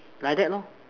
like that lor